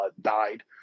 died